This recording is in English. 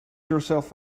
yourself